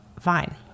fine